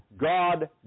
God